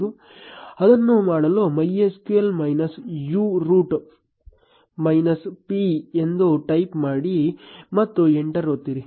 ಅದನ್ನು ಮಾಡಲು MySQL minus U root minus P ಎಂದು ಟೈಪ್ ಮಾಡಿ ಮತ್ತು ಎಂಟರ್ ಒತ್ತಿರಿ